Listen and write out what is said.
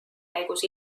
käigus